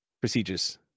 procedures